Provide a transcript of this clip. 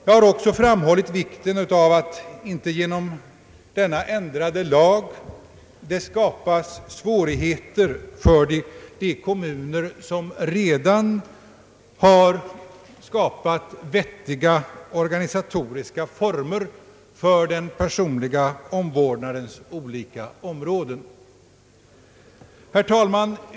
Jag har också framhållit vikten av att man inte genom denna ändrade lag reser svårigheter för de kommuner som redan skapat vettiga organisatoriska former för den personliga omvårdnadens olika områden. Herr talman!